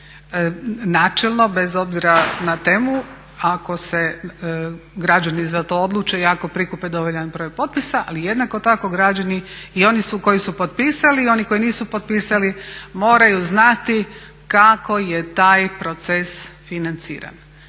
načelno, bez obzira na temu, ako se građani za to odluče i ako prikupe dovoljan broj potpisa. Ali jednako tako građani i oni su koji su potpisali i oni koji nisu potpisali moraju znati kako je taj proces financiran.